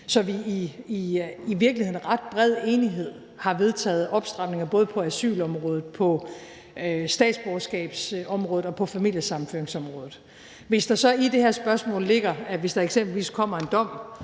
så vi i virkeligheden i ret bred enighed har vedtaget opstramninger både på asylområdet, på statsborgerskabsområdet og på familiesammenføringsområdet. Hvis der så i det her spørgsmål ligger, at hvis der eksempelvis kommer en dom